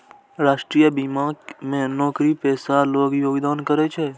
राष्ट्रीय बीमा मे नौकरीपेशा लोग योगदान करै छै